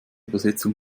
übersetzung